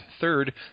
third